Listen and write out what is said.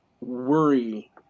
worry